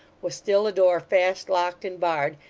was still a door fast locked and barred,